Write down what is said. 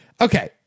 okay